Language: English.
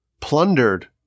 plundered